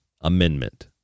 Amendment